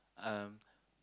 um